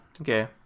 okay